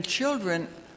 children